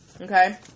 Okay